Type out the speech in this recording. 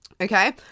Okay